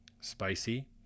spicy